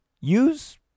use